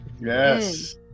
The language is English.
yes